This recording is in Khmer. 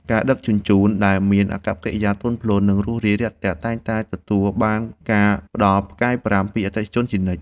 អ្នកដឹកជញ្ជូនដែលមានអាកប្បកិរិយាទន់ភ្លន់ និងរួសរាយរាក់ទាក់តែងតែទទួលបានការផ្ដល់ផ្កាយប្រាំ ពីអតិថិជនជានិច្ច។